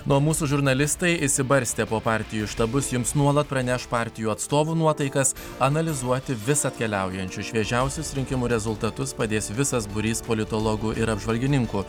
na o mūsų žurnalistai išsibarstę po partijų štabus jums nuolat praneš partijų atstovų nuotaikas analizuoti vis atkeliaujančius šviežiausius rinkimų rezultatus padės visas būrys politologų ir apžvalgininkų